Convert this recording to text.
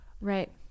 right